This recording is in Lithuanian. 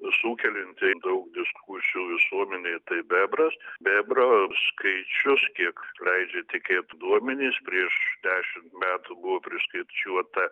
sukelianti daug diskusijų visuomenei tai bebras bebro skaičius kiek leidžia tikėt duomenys prieš dešimt metų buvo priskaičiuota